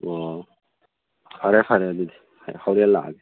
ꯑꯣ ꯐꯔꯦ ꯐꯔꯦ ꯑꯗꯨꯗꯤ ꯍꯣꯔꯦꯟ ꯂꯥꯛꯑꯒꯦ